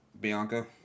Bianca